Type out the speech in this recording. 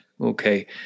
okay